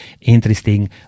interesting